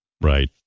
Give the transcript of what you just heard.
right